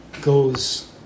goes